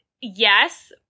yes